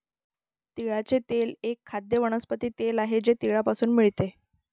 तिळाचे तेल एक खाद्य वनस्पती तेल आहे जे तिळापासून मिळते